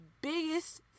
biggest